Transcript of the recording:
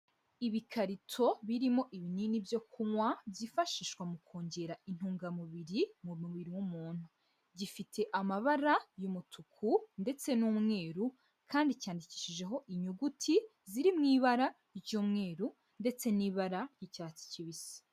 Ibikarito birimo ibinini byo kunywa byifashishwa mu kongera intungamubiri mu mubiri w'umuntu, gifite amabara y'umutuku ndetse n'umweru kandi cyandikishijeho inyuguti ziri mu ibara ry'umweru ndetse n'ibara ry'icyatsi kibisi.